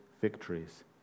victories